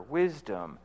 wisdom